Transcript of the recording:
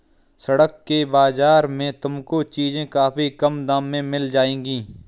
सड़क के बाजार में तुमको चीजें काफी कम दाम में मिल जाएंगी